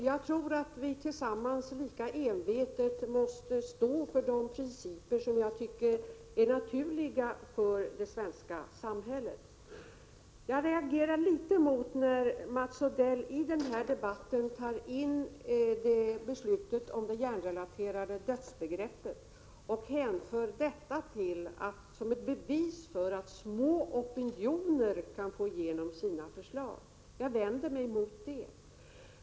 Jag tror att vi tillsammans envetet måste stå för de principer som jag tycker är naturliga för det svenska samhället. Jag reagerar litet mot att Mats Odell i den här debatten tar in beslutet om det hjärnrelaterade dödsbegreppet och anför detta som ett bevis för att små opinioner kan få igenom sina förslag. Jag vänder mig mot detta.